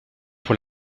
pour